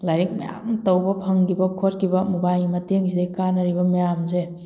ꯂꯥꯏꯔꯤꯛ ꯃꯌꯥꯝ ꯇꯧꯕ ꯐꯪꯈꯤꯕ ꯈꯣꯠꯈꯤꯕ ꯃꯣꯕꯥꯏꯜꯒꯤ ꯃꯇꯦꯡꯁꯤꯗꯩ ꯀꯥꯟꯅꯔꯤꯕ ꯃꯌꯥꯝꯁꯦ